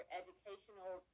educational